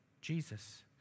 Jesus